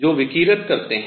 जो विकिरित करते हैं